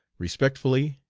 respectfully.